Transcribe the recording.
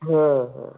ಹಾಂ ಹಾಂ